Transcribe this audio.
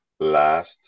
last